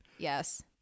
Yes